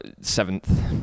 seventh